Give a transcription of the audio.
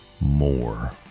more